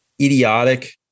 idiotic